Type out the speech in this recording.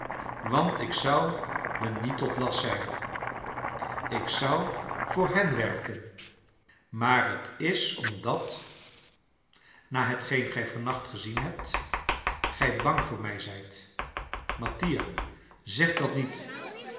want ik zou hun niet tot last zijn ik zou voor hen werken maar t is omdat na hetgeen gij vannacht gezien hebt gij bang voor mij zijt mattia zeg dat niet